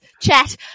chat